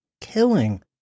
killing